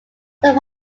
some